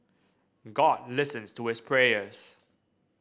god listens to his prayers